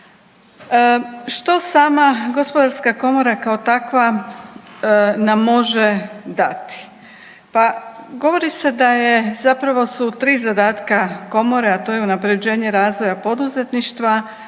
Što sama Gospodarska komora kao takva nam može dati? Pa govori se da je zapravo su tri zadatka komora, a to je unapređenje razvoja poduzetništva,